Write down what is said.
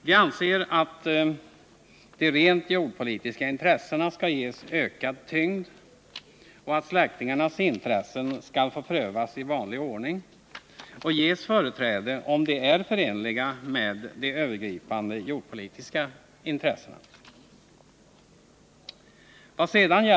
Vi anser att de rent jordpolitiska intressena skall ges ökad tyngd och att släktingarnas intressen skall få prövas i vanlig ordning samt ges företräde om de är förenliga med de övergripande jordpolitiska intressena.